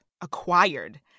acquired